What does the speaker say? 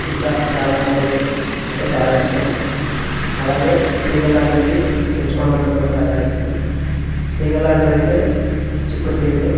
ఇంకా చాలా మొక్కలు అంటే చాలా ఇష్టం అలాగే తీగల్లాంటివి పెంచుకోవడం అంటే చాలా ఇష్టం తీగల్లాంటివైతే చిక్కుడు తీగలు